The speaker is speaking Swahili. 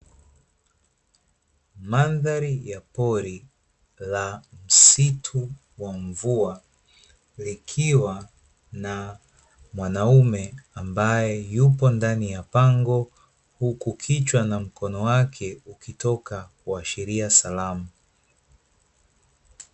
Mandhari ya pori la msitu wa mvua, likiwa na mwanaume ambaye yupo ndani ya pango, huku kichwa na mkono wake ukitoka kuashiria salamu.